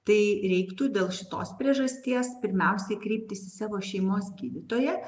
tai reiktų dėl šitos priežasties pirmiausiai kreiptis į savo šeimos gydytoją